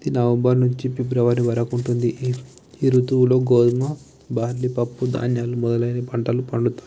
ఇది నవంబర్ నుంచి ఫిబ్రవరి వరకు ఉంటుంది ఈ ఋతువులో గోధుమ బార్లీ పప్పు ధాన్యాలు మొదలైన పంటలు పండుతాయి